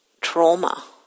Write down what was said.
trauma